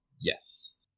Yes